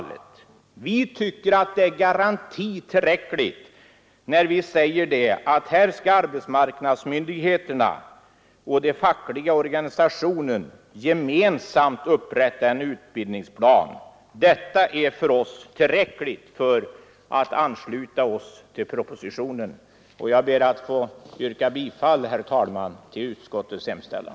Vi tycker att det är garanti tillräckligt att > arbetsmarknadsmyndigheterna och den fackliga organisationen gemensamt skall upprätta en utbildningsplan. Detta är tillräckligt för att vi skall kunna ansluta oss till propositionen. Jag ber, herr talman, att få yrka bifall till utskottets hemställan.